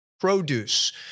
Produce